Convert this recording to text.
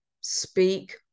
speak